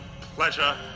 pleasure